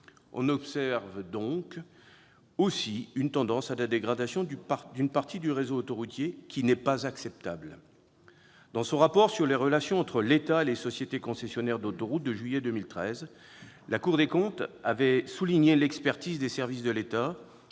On observe donc une tendance à la dégradation d'une partie du réseau autoroutier, ce qui n'est pas acceptable. Dans son rapport sur les relations entre l'État et les sociétés concessionnaires d'autoroutes de juillet 2013, la Cour des comptes avait souligné l'expertise des services de l'État